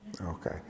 Okay